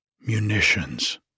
munitions